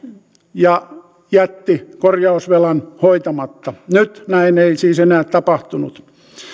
ja jätti korjausvelan hoitamatta nyt näin ei siis enää tapahtunut